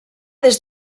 des